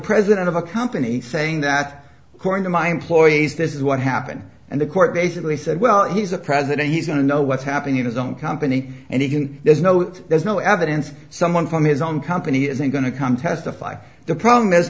president of a company saying that according to my employees this is what happened and the court basically said well he's a president he's going to know what's happening in his own company and he can there's no there's no evidence someone from his own company isn't going to come testify the problem is